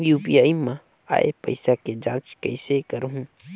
UPI मा आय पइसा के जांच कइसे करहूं?